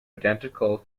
identical